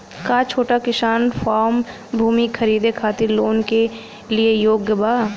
का छोटा किसान फारम भूमि खरीदे खातिर लोन के लिए योग्य बा?